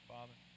Father